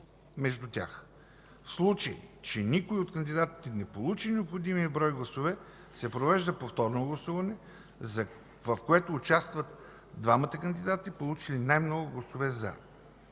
между тях. 10. В случай, че никой от кандидатите не получи необходимите гласове се провежда повторно гласуване, в което участват двамата кандидати, получили най-много гласове „за”.